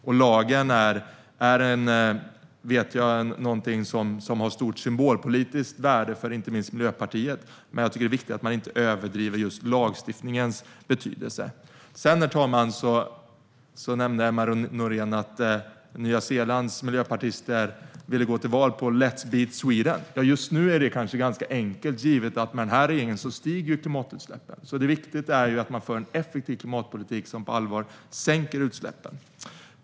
Jag vet att lagen är något som har stort symbolpolitiskt värde inte minst för Miljöpartiet, men jag tycker att det är viktigt att man inte överdriver lagstiftningens betydelse. Sedan, herr talman, nämnde Emma Nohrén att Nya Zeelands miljöpartister ville gå till val på Let's beat Sweden. Just nu är det ganska enkelt, givet att klimatutsläppen stiger med den här regeringen. Det är viktigt att man för en effektiv klimatpolitik som på allvar sänker utsläppen.